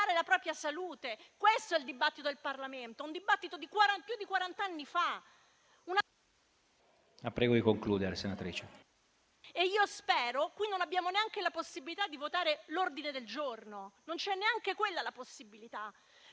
La prego di concludere, senatrice